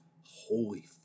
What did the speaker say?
holy